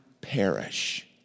perish